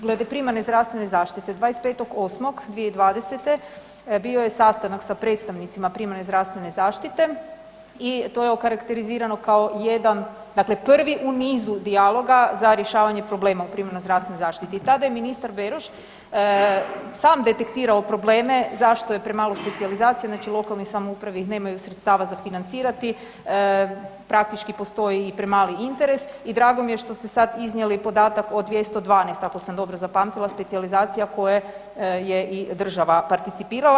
Glede primarne zdravstvene zaštite 25.8. 2020. bio je sastanak sa predstavnicima primarne zdravstvene zaštite i to je okarakterizirano kao jedan, dakle prvi u nizu dijaloga za rješavanje problema u primarnoj zdravstvenoj zaštiti i tada je ministar Beroš sam detektirao probleme zašto je premalo specijalizacija, znači u lokalnoj samoupravi ih nemaju sredstava za financirati, praktički postoji i premali interes i drago mi je što ste sad iznijeli podatak o 212, ako sam dobro zapamtila, specijalizacija koja je i država participirala.